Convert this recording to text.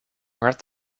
red